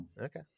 Okay